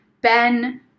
Ben